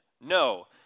No